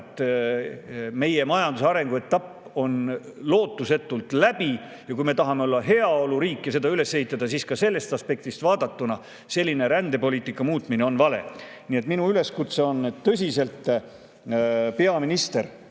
rajatud majanduse arenguetapp on lootusetult läbi. Kui me tahame olla heaoluriik ja seda üles ehitada, siis sellest aspektist vaadatuna selline rändepoliitika muutmine on vale. Nii et minu üleskutse on, et peaminister